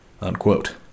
unquote